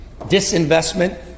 disinvestment